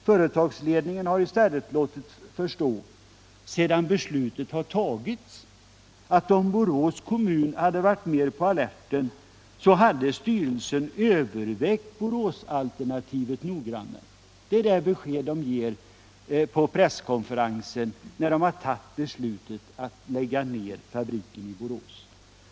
Företagsledningen har i stället sedan beslut fattats låtit förstå, att om Borås kommun varit mer på alerten, hade styrelsen övervägt Boråsalternativet noggrannare. Det är det besked man ger vid presskonferenser sedan man beslutat om att lägga ned fabriken i Borås.